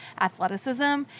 athleticism